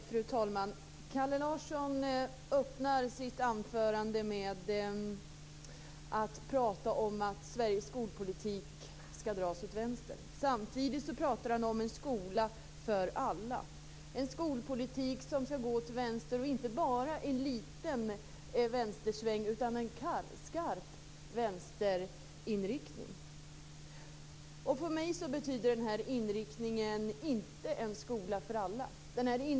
Fru talman! Kalle Larsson öppnar sitt anförande med att tala om att Sveriges skolpolitik skall dras åt vänster. Samtidigt talar han om en skola för alla och en skolpolitik som skall gå åt vänster, och det är inte bara en liten vänstersväng utan en skarp vänsterinriktning. För mig betyder den inriktningen inte en skola för alla.